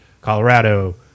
Colorado